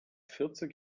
vierzig